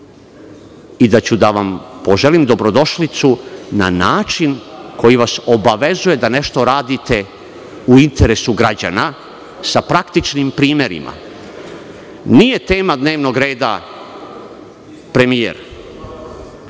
i da ću da vam poželim dobrodošlicu na način koji vas obavezuje da nešto radite u interesu građana sa praktičnim primerima. Nije tema dnevnog reda premijer